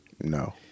No